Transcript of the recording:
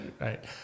right